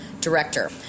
director